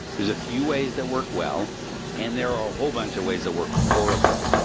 there's a few ways that work well and there are a whole bunch of ways that work horribly.